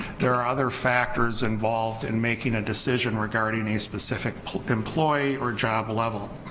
there are other factors involved in making a decision regarding a specific employee or job level.